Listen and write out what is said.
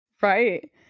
Right